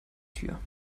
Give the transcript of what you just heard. tier